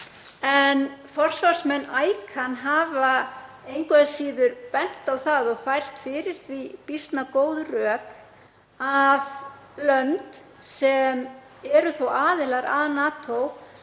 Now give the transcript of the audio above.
Forsvarsmenn ICAN hafa engu að síður bent á það og fært fyrir því býsna góð rök að lönd sem eru þó aðilar að NATO